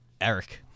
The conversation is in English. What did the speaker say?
Eric